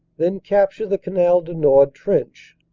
then capture the canal du nord trench,